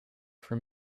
for